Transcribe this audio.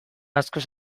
askoz